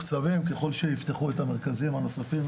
אנחנו מתוקצבים, ככל שיפתחו את המרכזים הנוספים,